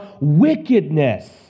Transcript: wickedness